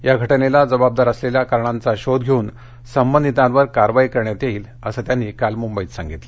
या घटनेला जबाबदार असलेल्या कारणांचा शोध घेऊन संबंधितांवर कारवाई करण्यात येईल असं मुख्यमंत्र्यांनी काल मुंबईत सांगितलं